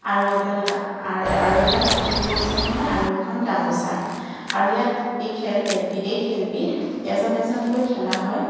আৰু এডাল আৰু এডাল লাঠিৰ প্ৰয়োজন হয় আৰু এখন গামোচাৰআৰু ইয়াত এই খেল এই খেলবিধ এজন এজনকৈ খেলা হয়